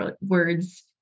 words